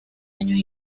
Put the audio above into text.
años